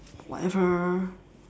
whatever